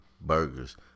burgers